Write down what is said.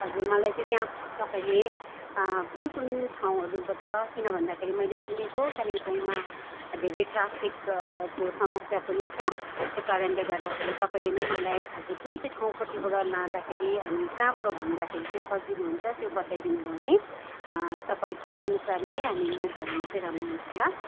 हजुर मलाई चाहिँ त्यहाँबाट तपाईँले कुन कुन ठाउँहरूबाट किनभन्दाखेरि मैले सुनेको कालिम्पोङमा धेरै ट्राफिकको समस्या पनि छ त्यो कारणले गर्दाखेरि तपाईँले नै मलाई आज कुन चाहिँ ठाउँ पट्टिबाट लाँदाखेरि अनि कहाँबाट घुम्दाखेरि चाहिँ सजिलो हुन्छ त्यो बताइ दिनु भने तपाईँको अनुसार नै हामी मुभ भयौँ भने चाहिँ राम्रो हुन्छ होला